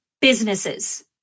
businesses